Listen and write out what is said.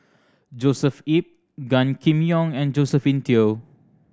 Joshua Ip Gan Kim Yong and Josephine Teo